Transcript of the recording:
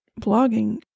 blogging